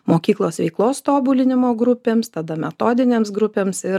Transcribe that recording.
mokyklos veiklos tobulinimo grupėms tada metodinėms grupėms ir